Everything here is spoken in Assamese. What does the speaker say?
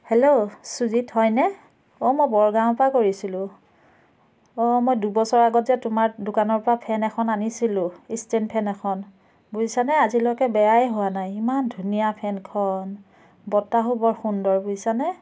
হেল্ল' চুজীত হয়নে অঁ মই বৰগাঁৱৰ পৰা কৰিছিলোঁ অঁ মই দুবছৰ আগত যে তোমাৰ দোকানৰ পৰা ফেন এখন আনিছিলোঁ ইষ্টেন ফেন এখন বুজিছানে আজিলৈকে বেয়াই হোৱা নাই ইমান ধুনীয়া ফেনখন বতাহো বৰ সুন্দৰ বুজিছানে